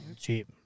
Cheap